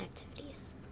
activities